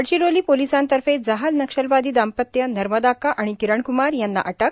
गडचिरोली पोलीसांतर्फे जहाल नक्षलवादी दाम्पत्य नर्मदाक्का आणि किरणक्मार यांना अटक